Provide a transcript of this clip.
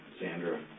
Sandra